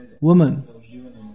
woman